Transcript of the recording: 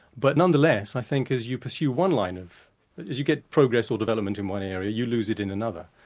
but nonetheless, i think as you pursue one line of but as you get progress or development in one area, you lose it in another,